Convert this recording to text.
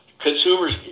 Consumers